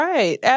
Right